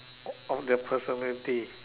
of that personality